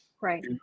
Right